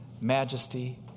majesty